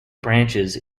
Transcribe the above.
branches